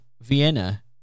Vienna